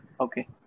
Okay